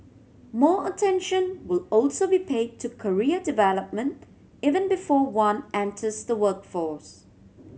more attention will also be pay to career development even before one enters the workforce